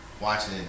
Watching